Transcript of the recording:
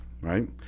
Right